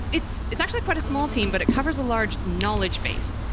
it's it's actually quite a small team but it covers a large knowledgebase.